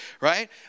Right